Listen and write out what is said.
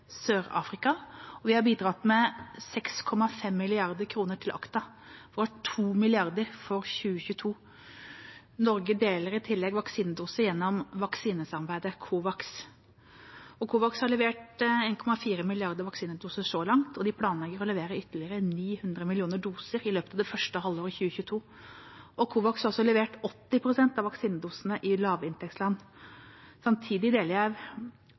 og vi har bidratt med 6,5 mrd. kr til ACT-A og 2 mrd. kr for 2022. Norge deler i tillegg vaksinedoser gjennom vaksinesamarbeidet COVAX. COVAX har levert 1,4 milliarder vaksinedoser så langt, og de planlegger å levere ytterligere 900 millioner doser i løpet av første halvår 2022. COVAX har også levert 80 pst. av vaksinedosene i lavinntektsland. Samtidig deler jeg